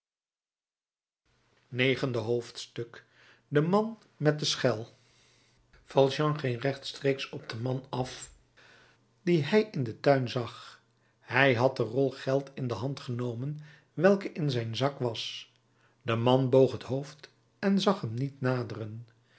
negende hoofdstuk de man met de schel valjean ging rechtstreeks op den man af dien hij in den tuin zag hij had de rol geld in de hand genomen welke in zijn zak was de man boog het hoofd en zag hem niet naderen